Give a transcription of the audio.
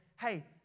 Hey